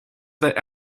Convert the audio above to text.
that